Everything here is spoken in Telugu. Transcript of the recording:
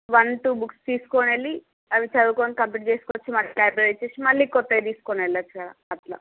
వన్ టూ బుక్స్ తీసుకొని వెళ్ళి అవి చదువు కొని కంప్లీట్ చేసుకొని వచ్చి మళ్లీ లైబ్రరీలో ఇచ్చేసి మళ్ళీ కొత్తవి తీసుకొని వెళ్ళవచ్చు కదా అలా